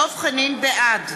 בעד